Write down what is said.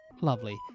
lovely